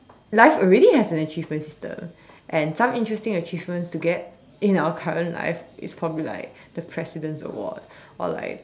life already has an achievement system and some interesting achievements to get in our current life is probably like the president's Award or like